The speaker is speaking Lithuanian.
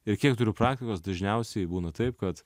ir kiek turiu praktikos dažniausiai būna taip kad